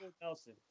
Nelson